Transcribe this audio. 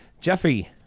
Jeffy